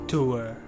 Tour